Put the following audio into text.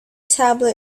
tablet